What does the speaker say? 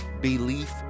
belief